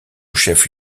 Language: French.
chef